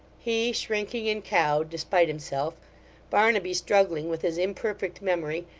he shrinking and cowed, despite himself barnaby struggling with his imperfect memory,